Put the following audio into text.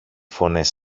φωνές